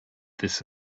this